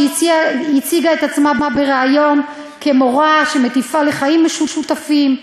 שהציגה את עצמה בריאיון כמורה שמטיפה לחיים משותפים,